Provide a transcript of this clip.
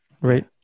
right